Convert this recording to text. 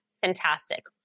Fantastic